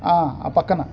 ఆ పక్కన